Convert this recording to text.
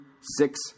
six